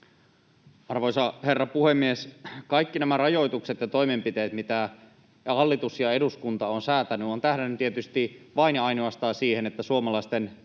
Arvoisa herra puhemies! Kaikki nämä rajoitukset ja toimenpiteet, mitä hallitus ja eduskunta ovat säätäneet, ovat tähdänneet tietysti vain ja ainoastaan siihen, että suomalaisten